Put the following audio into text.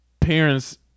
parents